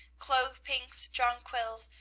clove-pinks, jonquils,